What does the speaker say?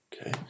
okay